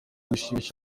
gushimisha